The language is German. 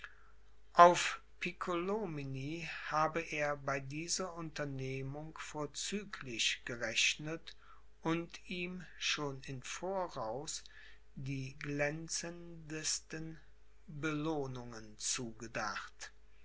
auf piccolomini habe er bei dieser unternehmung vorzüglich gerechnet und ihm schon in voraus die glänzendsten belohnungen zugedacht